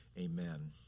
Amen